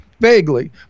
Vaguely